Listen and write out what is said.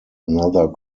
another